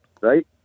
right